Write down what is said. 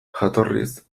jatorriz